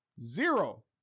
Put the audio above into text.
zero